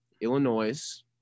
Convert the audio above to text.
Illinois